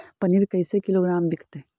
पनिर कैसे किलोग्राम विकतै?